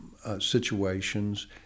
situations